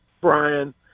Brian